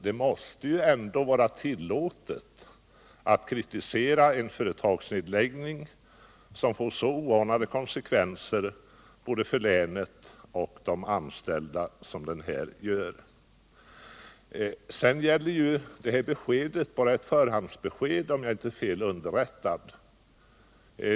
Det måste ju ändå vara tillåtet att kritisera en företagsnedläggning som får så oanade konsekvenser för både länet och de anställda som den här. Sedan är det i det här fallet bara fråga om ett förhandsbesked, om jag inte är fel underrättad.